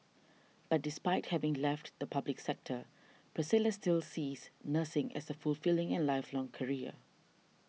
but despite having left the public sector Priscilla still sees nursing as a fulfilling and lifelong career